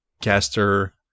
caster